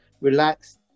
relaxed